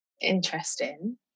interesting